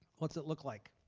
what does it look like?